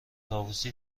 طاووسی